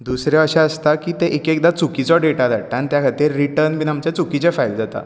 दुसरें अशें आसता की ते एक एकदां चुकिचो डॅटा धाडटात आनी ते खातीर रिटर्न बी आमचे चुकीचे फायल जाता